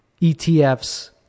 ETFs